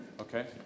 Okay